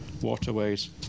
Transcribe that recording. waterways